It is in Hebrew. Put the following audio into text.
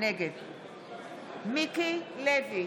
נגד מיקי לוי,